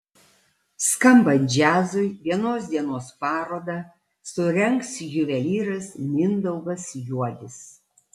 skambant džiazui vienos dienos parodą surengs juvelyras mindaugas juodis